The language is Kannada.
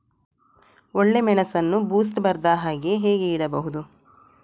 ಒಳ್ಳೆಮೆಣಸನ್ನು ಬೂಸ್ಟ್ ಬರ್ದಹಾಗೆ ಹೇಗೆ ಇಡಬಹುದು?